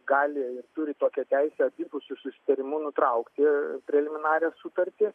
gali turi tokią teisę abipusiu susitarimu nutraukti preliminarią sutartį